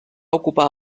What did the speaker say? ocupar